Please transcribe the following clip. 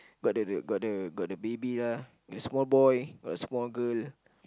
got the the got the got the baby lah got a small boy got a small girl